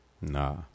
Nah